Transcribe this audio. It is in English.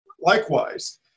likewise